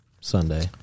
Sunday